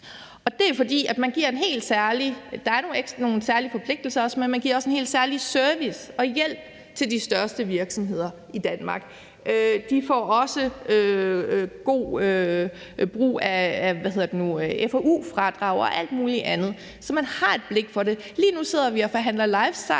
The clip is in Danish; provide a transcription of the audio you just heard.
Der er nogle særlige forpligtelser, men man giver også en helt særlig service og hjælp til de største virksomheder i Danmark. De har også god brug af FoU-fradrag og alt muligt andet, så man har et blik for det. Lige nu sidder vi og forhandler life